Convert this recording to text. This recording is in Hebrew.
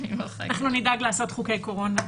אנחנו נדאג לעשות חוקי קורונה.